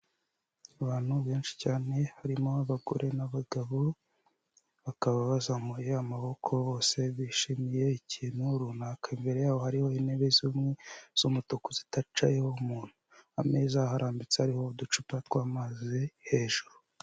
Abantu benshi cyane harimo abagore n'abagabo, bakaba bazamuye amaboko bose, bishimiye ikintu runaka, imbere yaho hariho intebe zimwe z'umutuku ziticayeho umuntu, ameza ararambitse ariho uducupa tw'amazi hejuru.